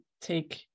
take